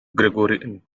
gregorian